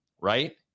right